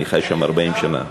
אני חי שם 40 שנה.